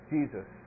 Jesus